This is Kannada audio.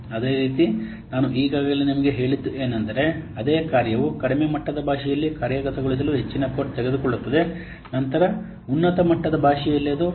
ಅದೇ ರೀತಿ ನಾನು ಈಗಾಗಲೇ ನಿಮಗೆ ಹೇಳಿದ್ದು ಏನೆಂದರೆ ಅದೇ ಕಾರ್ಯವು ಕಡಿಮೆ ಮಟ್ಟದ ಭಾಷೆಯಲ್ಲಿ ಕಾರ್ಯಗತಗೊಳಿಸಲು ಹೆಚ್ಚಿನ ಕೋಡ್ ತೆಗೆದುಕೊಳ್ಳುತ್ತದೆ ನಂತರ ಉನ್ನತ ಮಟ್ಟದ ಭಾಷೆಯಲ್ಲಿ ಅದು ಅಲ್ಲ